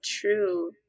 true